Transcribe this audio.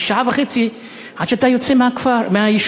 שעה וחצי עד שאתה יוצא מהיישוב.